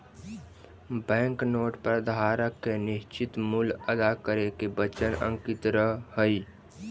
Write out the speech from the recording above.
bank note पर धारक के निश्चित मूल्य अदा करे के वचन अंकित रहऽ हई